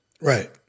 right